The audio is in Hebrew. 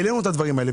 העלינו את הדברים האלה.